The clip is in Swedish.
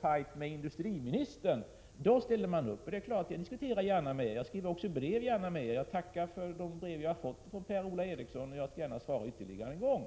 fajt med industriministern, då ställer man upp. Jag diskuterar gärna med er och skriver även gärna brev till er. Jag tackar för resten för de brev som jag har fått från Per-Ola Eriksson, och jag skall gärna svara ytterligare en gång.